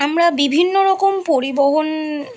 আমরা বিভিন্ন রকম পরিবহণ